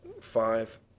five